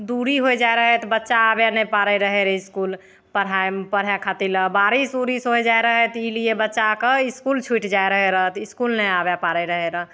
दूरी होइ जाइ रहै तऽ बच्चा आबै पाबै रहै रऽ इसकुल पढ़ाइमे पढ़ै खातिरले बारिश उरिस होइ जाइ रहै तऽ ई लिए बच्चाके इसकुल छुटि जाइ रहै रऽ इसकुल नहि आबै पा रहै रऽ